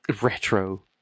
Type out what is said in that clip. Retro